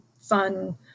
fun